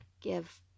give